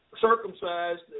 circumcised